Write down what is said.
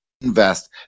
invest